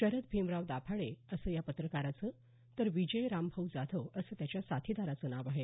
शरद भीमराव दाभाडे असं या पत्रकाराचं तर विजय रामभाऊ जाधव असं त्याच्या साथीदाराचं नाव आहे